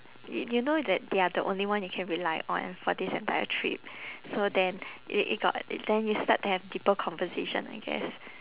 i~ you know that they are the only one you can rely on for this entire trip so then it it got it then you start to have deeper conversation I guess